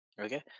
okay